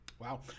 Wow